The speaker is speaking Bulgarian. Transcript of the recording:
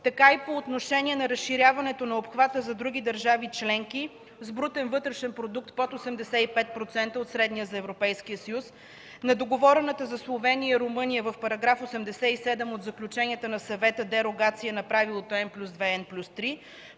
така и по отношение на разширяването на обхвата за други държави членки с брутен вътрешен продукт под 85% от средния за Европейския съюз, на договорените за Словения и Румъния в § 87 от Заключенията на Съвета – Дерогация на правилото „N+2/N+3”,